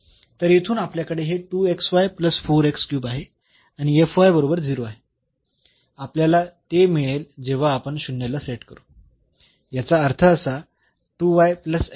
तर येथून आपल्याकडे हे आहे आणि बरोबर 0 आहे आपल्याला ते मिळेल जेव्हा आपण शून्य ला सेट करू याचा अर्थ असा बरोबर 0 आहे